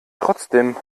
trotzdem